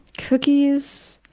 cookies,